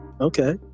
okay